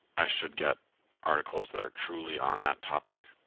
i should get articles that are truly on that topic.